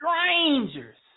strangers